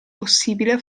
possibile